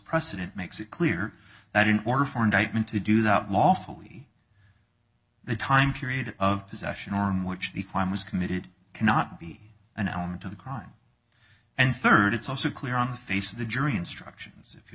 precedent makes it clear that in order for indictment to do that lawfully the time period of possession or in which the crime was committed cannot be an element of the crime and third it's also clear on the face of the jury instructions if you